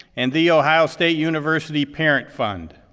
and the ohio state university parent fund.